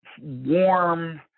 warm